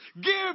Give